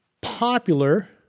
popular